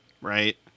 Right